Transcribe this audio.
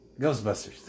Ghostbusters